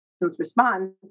respond